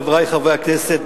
חברי חברי הכנסת,